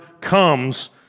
comes